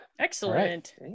Excellent